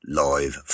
live